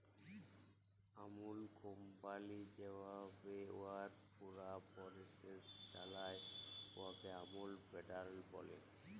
আমূল company যেভাবে উয়ার পুরা পরসেস চালায়, উয়াকে আমূল প্যাটার্ল ব্যলে